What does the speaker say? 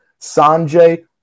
Sanjay